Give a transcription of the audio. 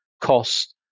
cost